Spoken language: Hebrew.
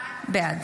בעד